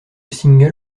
single